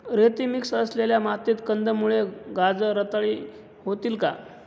रेती मिक्स असलेल्या मातीत कंदमुळे, गाजर रताळी होतील का?